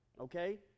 Okay